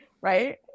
right